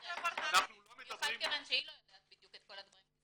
אנחנו לא מדברים ------ שהיא לא יודעת בדיוק את כל הדברים,